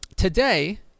Today